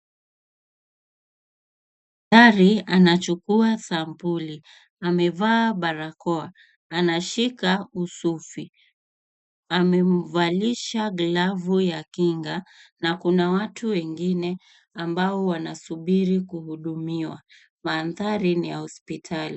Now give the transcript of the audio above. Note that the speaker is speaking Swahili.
Daktari anachukua sampuli, amevaa barakoa anashika usufi. Amevalisha glavu ya kinga na kuna watu wengine wanasubiri kuhudumiwa. Mandhari ni ya hospitali.